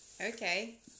Okay